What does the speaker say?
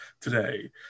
today